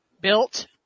built